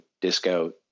disco